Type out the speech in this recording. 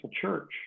church